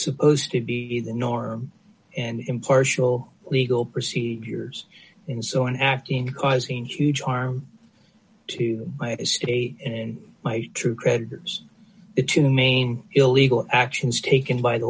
supposed to be the norm and impartial legal procedures in so an afghan causing huge harm to my state in my true creditors the two main illegal actions taken by the